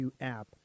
app